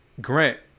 Grant